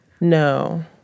No